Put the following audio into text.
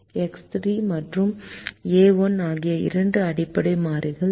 X 3 மற்றும் A 1 ஆகிய இரண்டு அடிப்படை மாறிகள் சி